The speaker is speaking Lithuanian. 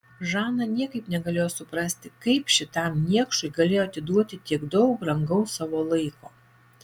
žana niekaip negalėjo suprasti kaip šitam niekšui galėjo atiduoti tiek daug brangaus savo laiko